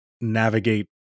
navigate